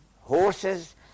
horses